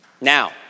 Now